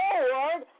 Lord